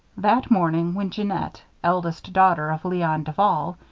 that morning when jeannette, eldest daughter of leon duval,